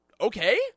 Okay